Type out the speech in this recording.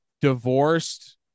Divorced